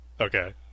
Okay